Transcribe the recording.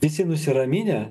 visi nusiraminę